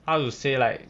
how to say like